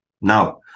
Now